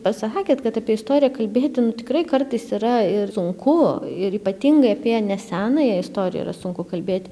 pasakėt kad apie istoriją kalbėti nu tikrai kartais yra ir sunku ir ypatingai apie ne senąją istoriją yra sunku kalbėti